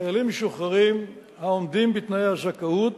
חיילים משוחררים העומדים בתנאי הזכאות